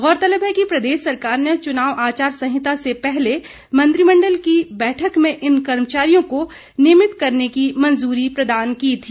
गौरतलब है कि प्रदेश सरकार ने चुनाव आचार संहिता से पहले मंत्रिमंडल की बैठक में इन कर्मचारियों को नियमित करने की मंजूरी प्रदान की थी